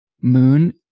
moon